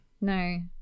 no